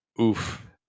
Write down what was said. Oof